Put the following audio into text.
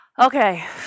Okay